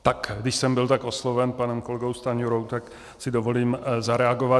Tak, když jsem byl tak osloven panem kolegou Stanjurou, tak si dovolím zareagovat.